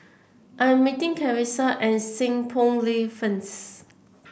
I am meeting Carissa at Seng Poh Lane first